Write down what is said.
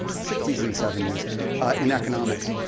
sixties and seventies in economics.